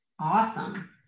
Awesome